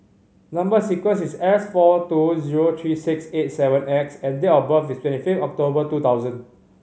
number sequence is S four two zero three six eight seven X and date of birth is twenty five October two thousand